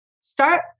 start